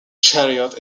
chariots